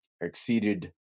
exceeded